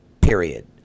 period